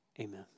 Amen